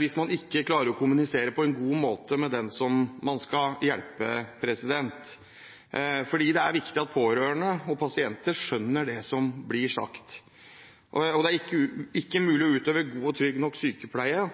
hvis man ikke klarer å kommunisere på en god måte med den som man skal hjelpe. Det er viktig at pårørende og pasienter skjønner det som blir sagt, og det er ikke mulig å utøve god og trygg nok sykepleie